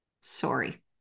Sorry